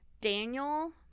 Daniel